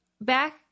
back